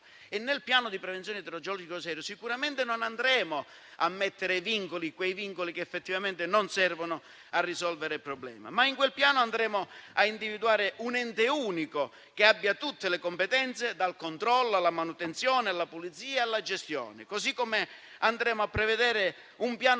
un piano di prevenzione idrogeologica serio, nel quale sicuramente non andremo a porre quei vincoli che effettivamente non servono a risolvere il problema. In quel piano andremo però a individuare un ente unico, che abbia tutte le competenze, dal controllo alla manutenzione, dalla pulizia alla gestione; così come andremo a prevedere un piano